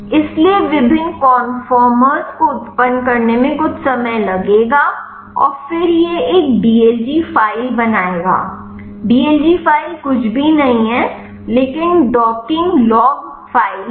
इसलिए विभिन्न कन्फर्मर्स को उत्पन्न करने में कुछ समय लगेगा और फिर यह एक dlg फाइल बनाएगा dlg फ़ाइल कुछ भी नहीं है लेकिन डॉकिंग लॉग फ़ाइल है